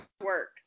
work